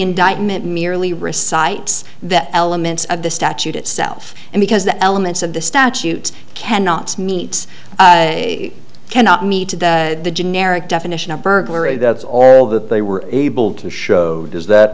indictment merely recite the elements of the statute itself and because the elements of the statute cannot meet cannot meet the generic definition of burglary that's all that they were able to show does that